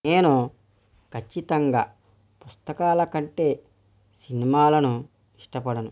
నేను ఖచ్చితంగా పుస్తకాల కంటే సినిమాలను ఇష్టపడను